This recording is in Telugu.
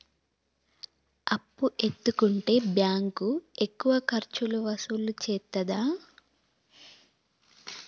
అప్పు ఎత్తుకుంటే బ్యాంకు ఎక్కువ ఖర్చులు వసూలు చేత్తదా?